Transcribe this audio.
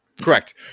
correct